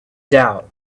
doubt